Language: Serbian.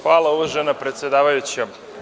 Hvala, uvažena predsedavajuća.